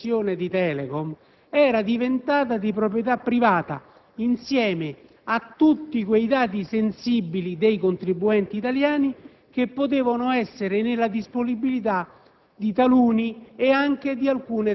che, nella sciagurata privatizzazione di Telecom, era diventata di proprietà privata insieme a tutti quei dati sensibili dei contribuenti italiani che potevano essere nella disponibilità